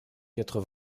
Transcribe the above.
quatre